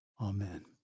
Amen